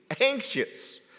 anxious